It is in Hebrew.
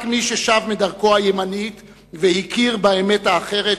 רק מי ששב מדרכו הימנית והכיר באמת האחרת,